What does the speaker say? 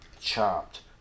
chopped